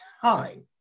time